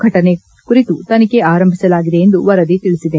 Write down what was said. ಘಟನೆ ಕುರಿತು ತನಿಖೆ ಆರಂಭಿಸಲಾಗಿದೆ ಎಂದು ವರದಿ ತಿಳಿಸಿದೆ